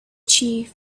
chief